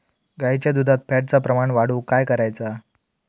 गाईच्या दुधात फॅटचा प्रमाण वाढवुक काय करायचा?